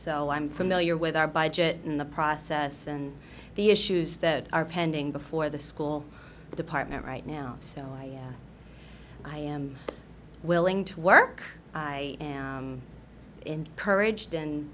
so i'm familiar with our budget and the process and the issues that are pending before the school department right now so yeah i am willing to work i am encouraged and